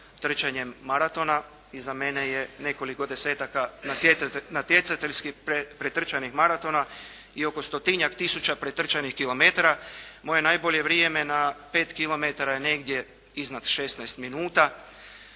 trčanjem maratona, iza mene je nekoliko desetaka natjecateljski pretrčanih maratona i oko stotinjak tisuća pretrčanih kilometara. Moje najbolje vrijeme na pet kilometara je negdje iznad 16 minuta.